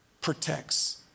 protects